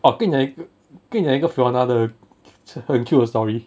oh 我跟你讲一个跟你讲一个 fiona 的很 cute 的 story